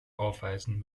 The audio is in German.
aufweisen